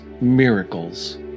miracles